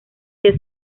que